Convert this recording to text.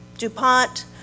DuPont